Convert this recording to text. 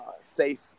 safe